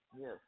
yes